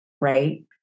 right